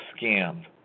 scammed